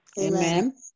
Amen